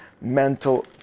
Mental